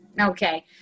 okay